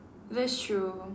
that's true